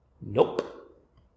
Nope